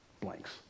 blanks